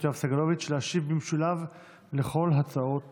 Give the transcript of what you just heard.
יואב סגלוביץ' להשיב במשולב על כל ההצעות